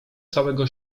całego